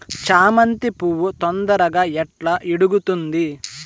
చామంతి పువ్వు తొందరగా ఎట్లా ఇడుగుతుంది?